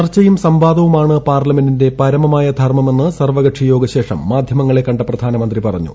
ചർച്ചയും സംവാദവുമാണ് പാർലമെന്റിന്റെ പരമമായ ധർമ്മമെന്ന് സർവകക്ഷി യോഗ ശേഷം മാധ്യമങ്ങളെ കണ്ട പ്രധാനമന്ത്രി പറഞ്ഞു